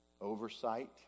Oversight